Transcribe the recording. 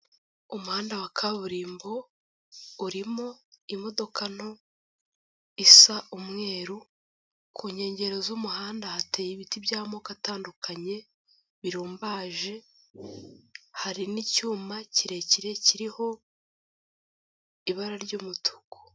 Umuhanda wa kaburimbo urimo imodoka nto isa umweru, ku nkengero z'umuhanda hateye ibiti by'amoko atandukanye, birumbaje hari n'icyuma kirekire kiriho ibara ry'umutuku.